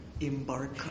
embark